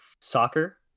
soccer